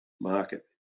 market